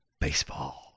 baseball